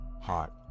heart